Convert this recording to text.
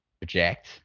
project